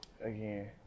again